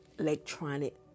Electronic